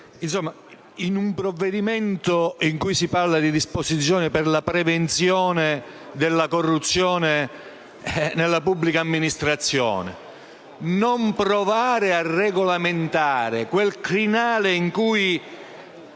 in un provvedimento in cui si parla di disposizioni per la prevenzione della corruzione nella pubblica amministrazione non provare a regolamentare quel crinale fra i